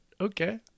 okay